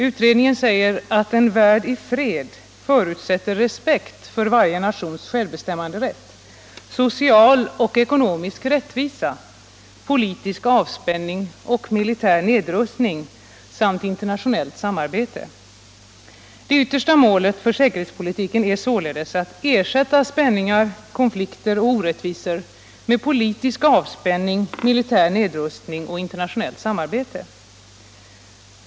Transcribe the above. Utredningen säger att en värld i fred förutsätter respekt för varje nations självbestämmanderätt, social och ekonomisk rättvisa, politisk avspänning och militär nedrustning samt internationellt samarbete. Det yttersta målet för säkerhetspolitiken är således att ersätta spänningar, konflikter och orättvisor med politisk avspänning, militär nedrustning och internationellt samarbete.